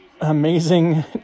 amazing